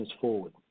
forward